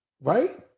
Right